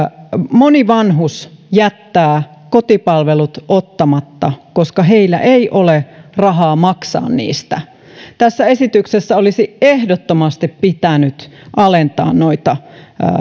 moni vanhus jättää kotipalvelut ottamatta koska hänellä ei ole rahaa maksaa niistä tässä esityksessä olisi ehdottomasti pitänyt alentaa noita